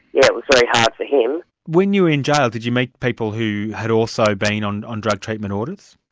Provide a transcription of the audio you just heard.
yeah it was very hard for him. when you were in jail, did you meet people who had also been on on drug treatment orders?